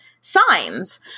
signs